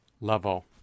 level